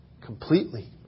completely